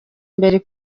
mbere